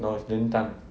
no its 林丹